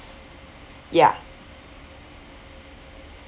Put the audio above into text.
ya